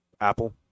Apple